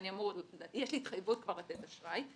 יש לי התחייבות כבר לתת אשראי.